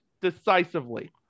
decisively